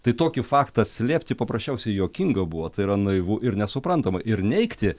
tai tokį faktą slėpti paprasčiausiai juokinga buvo tai yra naivu ir nesuprantama ir neigti